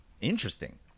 Interesting